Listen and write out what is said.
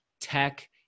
tech